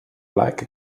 like